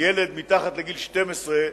ילד מתחת לגיל 12,